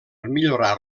millorar